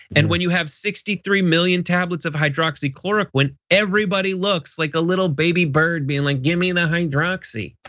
and when you have sixty three million tablets of hydroxychloroquine everybody looks like a little baby bird being like, give me the hydroxy.